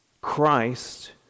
Christ